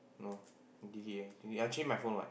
no did he did I change my phone [what]